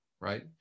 right